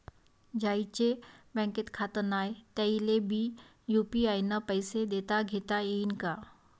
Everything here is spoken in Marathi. ज्याईचं बँकेत खातं नाय त्याईले बी यू.पी.आय न पैसे देताघेता येईन काय?